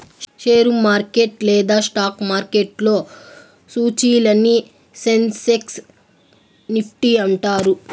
share market లేదా stock మార్కెట్లో సూచీలని సెన్సెక్స్ నిఫ్టీ అంటారు